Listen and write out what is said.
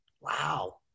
Wow